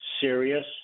serious